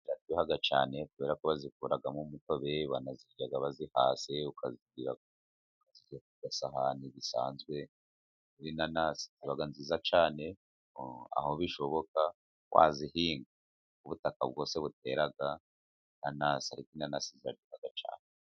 Ziraryoha cyane kubera ko bazikuramo umutobe baranazirya bazihase ukazishyira ku isahani zisanzwe w'inanasi uba nziza cyane aho bishoboka wazihiga ubutaka bwose butera, ariko inanasi zirera cyane.